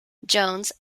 jones